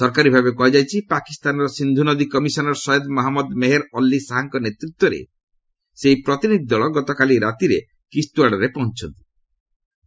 ସରକାରୀଭାବେ କୁହାଯାଇଛି ପାକିସ୍ତାନର ସିକ୍ଷୁ ନଦୀ କମିଶନର୍ ସୟଦ୍ ମହମ୍ମଦ ମେହର୍ ଅଲି ଶାହଙ୍କ ନେତୃତ୍ୱରେ ସେହି ପ୍ରତିନିଧି ଦଳ ଗତକାଲି ରାତିରେ କିସ୍ତ୍ୱାଡ଼୍ରେ ପହଞ୍ଚ ୍ତି